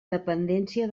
dependència